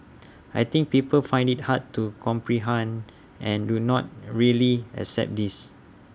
I think people find IT hard to comprehend and do not really accept this